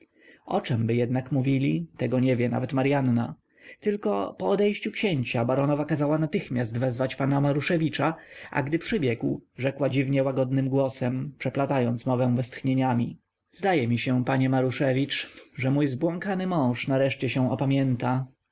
o czemby jednak mówili tego nie wie nawet maryanna tylko po odejściu księcia baronowa kazała natychmiast wezwać pana maruszewicza a gdy przybiegł rzekła dziwnie łagodnym głosem przeplatając mowę westchnieniami zdaje mi się panie maruszewicz że mój zbłąkany mąż nareszcie się opamięta